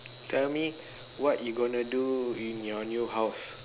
tell me what you gonna do in your new house